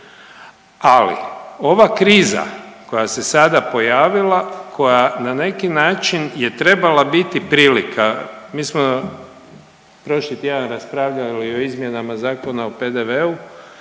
Ali ova kriza koja se sada pojavila, koja na neki način je trebala biti prilika, mi smo prošli tjedan raspravljali o izmjenama Zakona o PDV-u